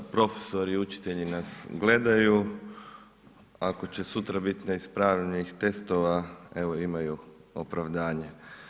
Profesori i učitelji nas gledaju, ako će sutra biti neispravljenih testova, evo, imaju opravdanje.